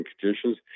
conditions